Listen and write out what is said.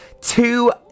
Two